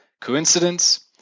Coincidence